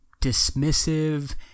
dismissive